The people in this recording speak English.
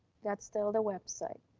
that's still the website.